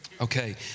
Okay